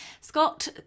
Scott